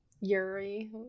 Yuri